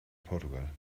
portugal